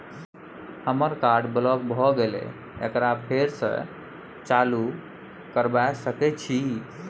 हमर card block भ गेले एकरा फेर स चालू करबा सके छि?